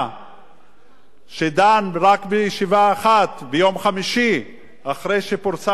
שדן רק בישיבה אחת ביום חמישי, לפני שפורסם הדוח,